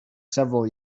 several